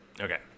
Okay